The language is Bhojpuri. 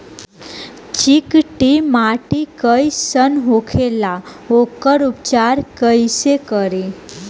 चिकटि माटी कई सन होखे ला वोकर उपचार कई से करी?